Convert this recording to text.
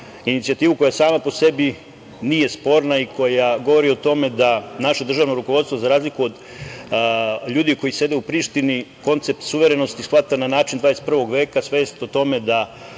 inicijativu koja sama po sebi nije sporna i koja govori o tome da naše državno rukovodstvo, za razliku od ljudi koji sede u Prištini, koncept suverenosti shvata na način 21. veka, svest o tome da